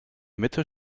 mitte